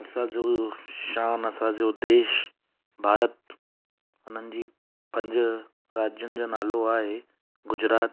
असांजो शान असांजो देश भारत हुननि जी पंज राज्यनि जो नालो आहे गुजरात